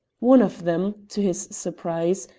one of them, to his surprise,